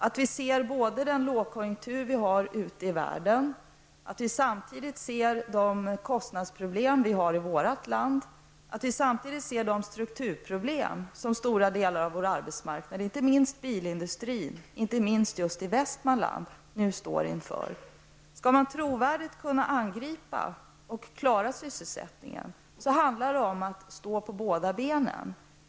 Vi måste beakta lågkonjunkturen ute i världen. Samtidigt måste vi se de kostnadsproblem som finns i vårt land och de strukturproblem som en stor del av den svenska arbetsmarknaden -- inte minst gäller det bilindustrin, och då särskilt i Västmanland -- nu står inför. För att på ett trovärdigt sätt kunna angripa och klara sysselsättningen måste man stå på båda benen.